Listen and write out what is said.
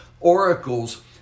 oracles